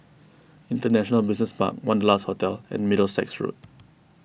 International Business Park Wanderlust Hotel and Middlesex Road